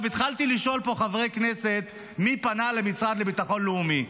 התחלתי לשאול פה חברי כנסת מי פנה למשרד לביטחון לאומי.